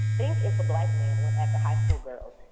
think if a black man went after high school girls,